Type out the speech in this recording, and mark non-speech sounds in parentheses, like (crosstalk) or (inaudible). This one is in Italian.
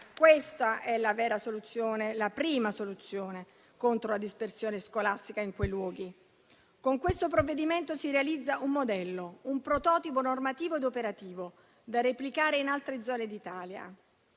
Questa è la vera soluzione, la prima soluzione, contro la dispersione scolastica in quei luoghi. (applause) Con questo provvedimento, si realizza un modello ed un prototipo normativo ed operativo da replicare in altre zone d'Italia.